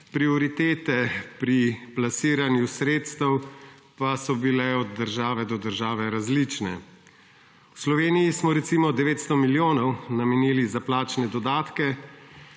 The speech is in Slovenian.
prioritete pri plasiranju sredstev pa so bile od države do države različne. V Sloveniji smo recimo 900 milijonov namenili za plačne dodatke,